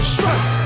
Stress